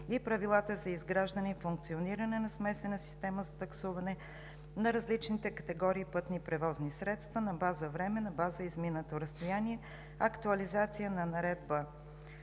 и правилата за изграждане и функциониране на смесена система за таксуване на различните категории пътни превозни средства на база време, на база изминато разстояние, актуализация на Наредба